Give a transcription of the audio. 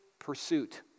pursuit